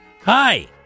Hi